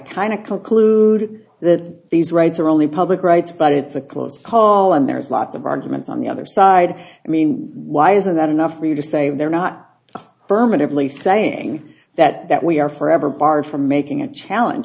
concluded that these rights are only public rights but it's a close call and there's lots of arguments on the other side i mean why isn't that enough for you to say they're not permanently saying that that we are forever barred from making a challenge